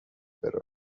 بره